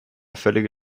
völlige